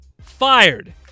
fired